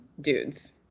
dudes